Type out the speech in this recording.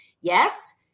Yes